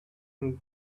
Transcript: and